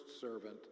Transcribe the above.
servant